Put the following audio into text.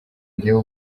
jyewe